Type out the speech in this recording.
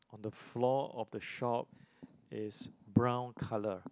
on the floor of the shop is brown colour